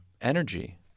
energy